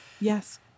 Yes